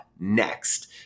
next